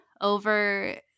over